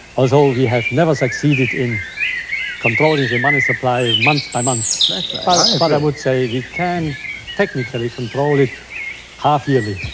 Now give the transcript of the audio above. although we have never succeeded in controlling the money supply month by month. but ah i but would say we can technically control it half yearly,